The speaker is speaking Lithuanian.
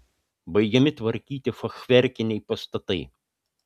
baigiami tvarkyti fachverkiniai pastatai